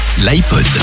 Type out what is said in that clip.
L'iPod